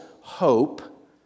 hope